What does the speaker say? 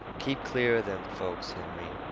keep clear of them folks, henry.